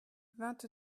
vingt